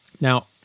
now